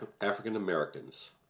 African-Americans